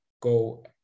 go